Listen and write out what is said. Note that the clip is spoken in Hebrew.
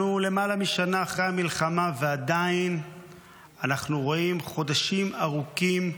אנחנו למעלה משנה אחרי המלחמה ועדיין אנחנו רואים חודשים ארוכים ילדים,